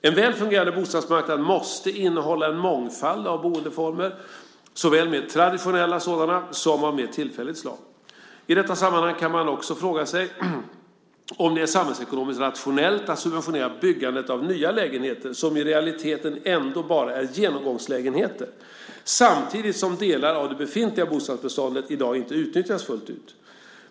En väl fungerande bostadsmarknad måste innehålla en mångfald av boendeformer, såväl mer traditionella sådana som av mer tillfälligt slag. I detta sammanhang kan man också fråga sig om det är samhällsekonomiskt rationellt att subventionera byggandet av nya lägenheter som i realiteten ändå bara är genomgångslägenheter, samtidigt som delar av det befintliga bostadsbeståndet i dag inte nyttjas fullt ut.